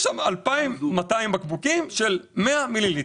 יש שם 2.200 בקבוקים של 100 מיליליטר.